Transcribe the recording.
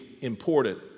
important